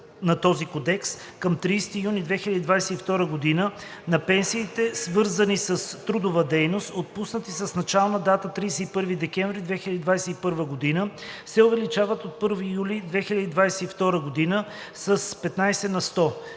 на този кодекс към 30 юни 2022 г., на пенсиите, свързани с трудова дейност, отпуснати с начална дата до 31 декември 2021 г., се увеличава от 1 юли 2022 г. с 15 на сто.“